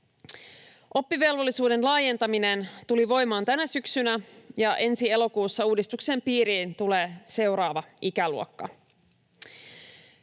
Oppivelvollisuuden laajentaminen tuli voimaan tänä syksynä, ja ensi elokuussa uudistuksen piiriin tulee seuraava ikäluokka.